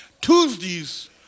Tuesdays